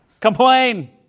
Complain